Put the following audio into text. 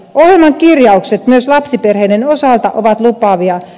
ohjelman kirjaukset myös lapsiperheiden osalta ovat lupaavia